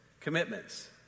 commitments